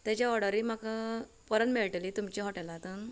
तेच्या ऑर्डरीन म्हाका परत मेळटली तुमच्या हॉटेलांत